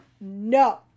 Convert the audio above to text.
no